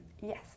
Yes